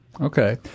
Okay